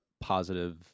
positive